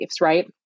right